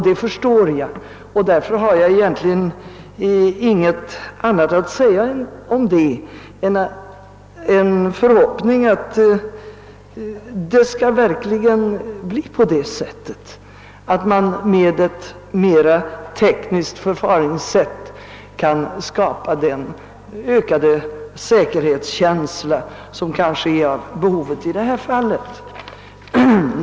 Det förstår jag och därför har jag egentligen ingenting annat att säga om det än att jag uttrycker förhoppningen att det verkligen skall bli på det sättet att man med ett mera tekniskt förfaringssätt kan skapa den ökade säkerhetskänsla som kanske är av behovet påkallad i detta fall.